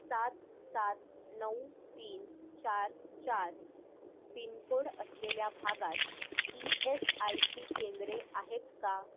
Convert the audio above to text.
सात सात नऊ तीन चार चार पिनकोड असलेल्या भागात ई एस आय सी केंद्रे आहेत का